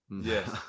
Yes